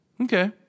Okay